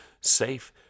safe